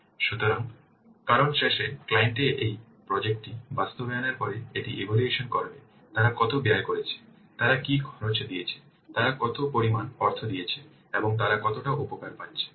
সুতরাং কারণ শেষে ক্লায়েন্ট এই প্রজেক্ট টি বাস্তবায়নের পরে এটি ইভ্যালুয়েশন করবে তারা কত ব্যয় করেছে তারা কি খরচ দিয়েছে তারা কত পরিমাণ অর্থ দিয়েছে এবং তারা কতটা উপকার পাচ্ছে